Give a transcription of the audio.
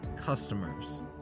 Customers